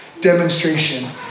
demonstration